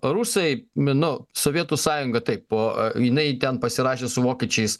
rusai nu sovietų sąjunga taip jinai ten pasirašė su vokiečiais